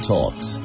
Talks